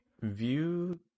view